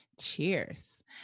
cheers